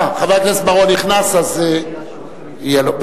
חבר הכנסת בר-און נכנס, אז יהיה לו.